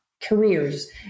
careers